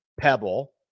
Pebble